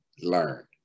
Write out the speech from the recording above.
learn